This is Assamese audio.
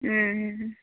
ও ও